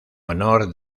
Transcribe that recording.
honor